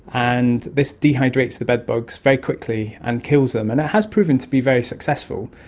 and this dehydrates the bedbugs very quickly and kills them. and it has proven to be very successful.